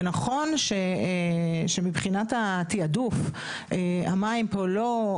זה נכון שמבחינת התעדוף המים פה לא,